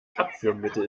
abführmittel